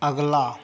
अगला